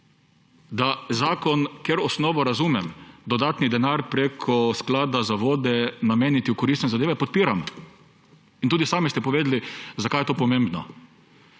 pomemben, ker osnovo razumem, dodatni denar preko Sklada za vode nameniti za koristne zadeve, podpiram in tudi sami ste povedali, zakaj je to pomembno.